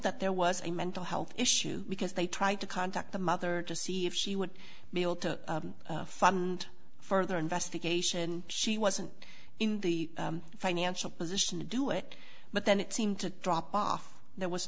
that there was a mental health issue because they tried to contact the mother to see if she would be able to fund further investigation she wasn't in the financial position to do it but then it seemed to drop off there was